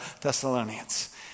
Thessalonians